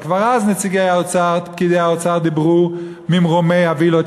כבר אז פקידי האוצר דיברו ממרומי הווילות